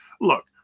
Look